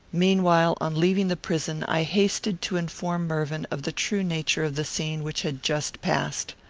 meanwhile, on leaving the prison, i hasted to inform mervyn of the true nature of the scene which had just passed.